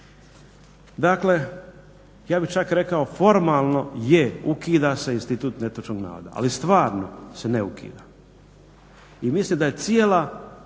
Dakle, ja bih čak rekao formalno je, ukida se institut netočnog navoda, ali stvarno se ne ukida. I mislim da je cijela